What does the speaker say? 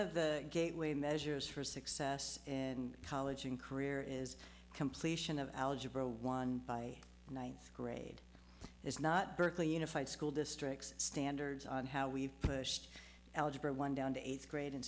of the gateway measures for success in college and career is completion of algebra one by one grade is not berkeley unified school district standards on how we've pushed algebra one down to eighth grade and